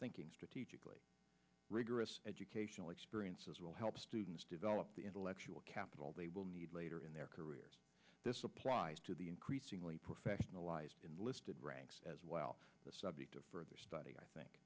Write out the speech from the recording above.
thinking strategically rigorous educational experiences will help students develop the intellectual capital they will need later in their careers this applies to the increasingly professionalised enlisted ranks as well the subject of further study i think